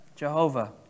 Jehovah